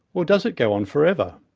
or does it go on forever?